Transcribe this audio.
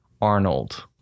Arnold